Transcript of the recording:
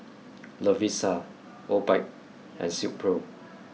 Lovisa Obike and Silkpro